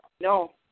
No